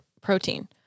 protein